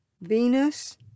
Venus